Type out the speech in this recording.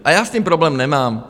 A já s tím problém nemám.